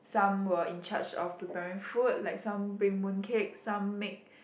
some were in charge of preparing food like some bring mooncake some make